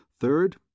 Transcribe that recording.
Third